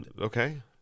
Okay